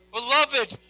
Beloved